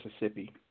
Mississippi